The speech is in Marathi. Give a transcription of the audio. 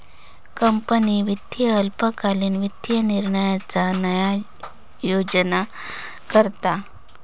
कंपनी वित्त अल्पकालीन वित्तीय निर्णयांचा नोयोजन करता